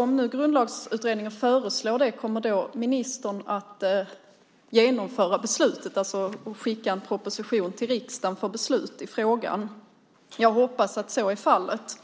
Om Grundlagsutredningen föreslår det, kommer ministern då att genomföra beslutet och skicka en proposition till riksdagen för beslut i frågan? Jag hoppas att så är fallet.